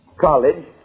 College